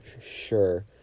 sure